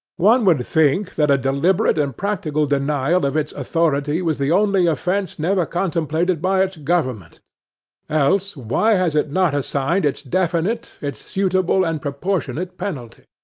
one would think, that a deliberate and practical denial of its authority was the only offense never contemplated by its government else, why has it not assigned its definite, its suitable and proportionate, penalty?